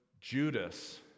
judas